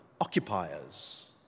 occupiers